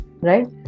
Right